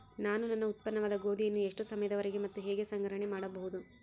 ನಾನು ನನ್ನ ಉತ್ಪನ್ನವಾದ ಗೋಧಿಯನ್ನು ಎಷ್ಟು ಸಮಯದವರೆಗೆ ಮತ್ತು ಹೇಗೆ ಸಂಗ್ರಹಣೆ ಮಾಡಬಹುದು?